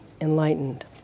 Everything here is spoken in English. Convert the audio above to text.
enlightened